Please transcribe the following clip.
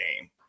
game